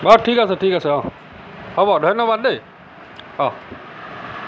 অঁ ঠিক আছে ঠিক আছে অঁ হ'ব ধন্যবাদ দেই অঁ